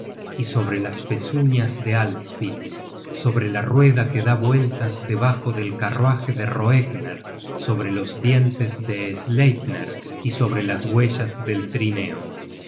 y sobre las pezuñas de alsvinn sobre la rueda que da vueltas debajo del carruaje de roegner sobre los dientes de sleipner y sobre las huellas del trineo